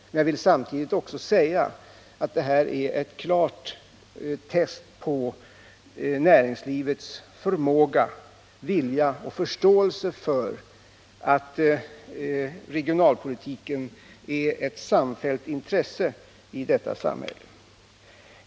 Jag vill samtidigt säga att det här är ett klart test på näringslivets förmåga, vilja och förståelse för att regionalpolitiken är ett samfällt intresse i detta samhälle.